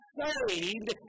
saved